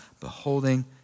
beholding